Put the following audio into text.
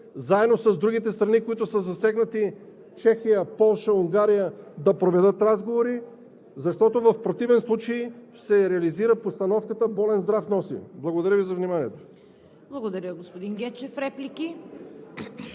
заедно с другите страни, които са засегнати – Чехия, Полша, Унгария, да проведат разговори, защото в противен случай ще се реализира постановката „Болен здрав носи!“ Благодаря Ви за вниманието. ПРЕДСЕДАТЕЛ ЦВЕТА